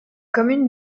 commune